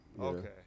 okay